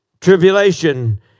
tribulation